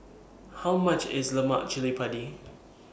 How much IS Lemak Cili Padi